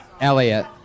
Elliot